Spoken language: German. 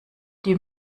die